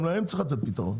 גם להם צריך לתת פתרון.